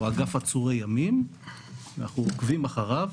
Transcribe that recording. או אגף עצורי ימים ואנחנו עוקבים אחריו.